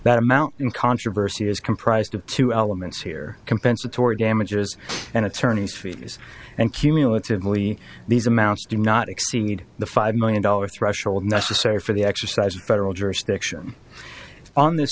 that amount in controversy is comprised of two elements here compensatory damages and attorneys fees and cumulatively these amounts do not exceed the five million dollars threshold necessary for the exercise of federal jurisdiction on this